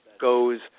goes